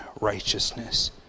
righteousness